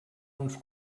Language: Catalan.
uns